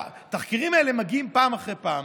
כשהתחקירים האלה מגיעים פעם אחרי פעם,